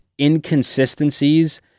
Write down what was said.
inconsistencies